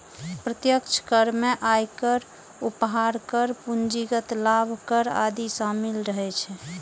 प्रत्यक्ष कर मे आयकर, उपहार कर, पूंजीगत लाभ कर आदि शामिल रहै छै